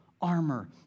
armor